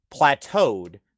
plateaued